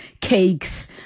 cakes